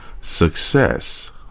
Success